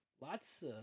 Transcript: lots